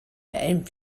and